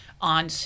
on